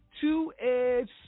two-edged